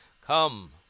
Come